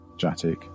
Jatik